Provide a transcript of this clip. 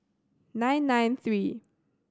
nine nine three